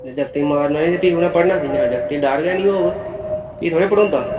जागतें ई मारना निं ते भी उ'नें पढ़ना कि'यां जागतें ई डर गै नेईं होग भी थोह्ड़ा पढ़ोंदा